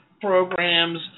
programs